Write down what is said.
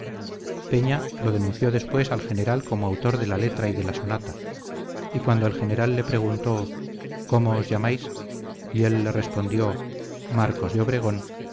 peña lo denunció después al general como autor de la letra y de la sonata y cuando el general le preguntó cómo os llamáis y él le respondió marcos de obregón